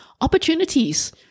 opportunities